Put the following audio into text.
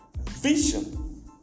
Vision